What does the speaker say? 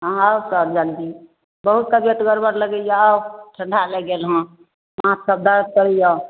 अहाँ आउ तऽ जल्दी बहुत तबियत गड़बड़ लगैए आउ ठंडा लागि गेल हेँ माथसभ दर्द करैए